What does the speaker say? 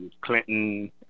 Clinton